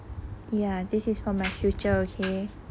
ya this is from my future okay